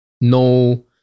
no